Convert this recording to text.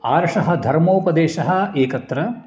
आर्षः धर्मोपदेशः एकत्र